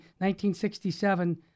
1967